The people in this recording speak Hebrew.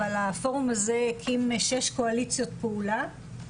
אבל הפורום הזה הקים שש קואליציות פעולה.